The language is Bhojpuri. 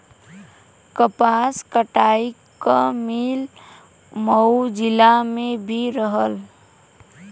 कपास कटाई क मिल मऊ जिला में भी रहल